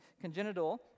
congenital